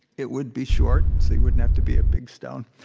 it would be short, so it wouldn't have to be a big stone.